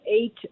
eight